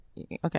Okay